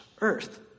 earth